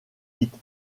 vite